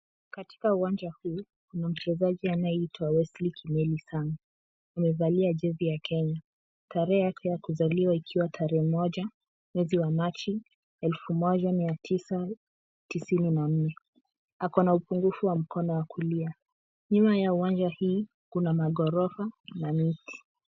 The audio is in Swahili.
Katika uwancha huu kuna mchezaji anayeitwa Wesley Kimeli sang amevalia jesi ya Kenya, tarehe ya kusaliwa ikiwa tarehe moja ,mwezi wa machi elfu moja mia tisa tisini na nne, ako na upungufu wa mkono wa kulia nyuma ya uwancha hii kuna magorofa na miti.